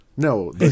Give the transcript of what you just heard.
No